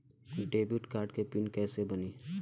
Credit card के pin कैसे बनी?